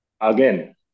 again